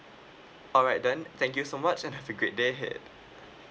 alright then thank you so much and have a great day ahead